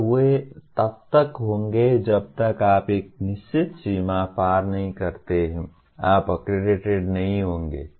और वे तब तक होंगे जब तक आप एक निश्चित सीमा पार नहीं करते हैं आप अक्रेडिटेड नहीं होंगे